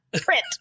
print